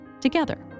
together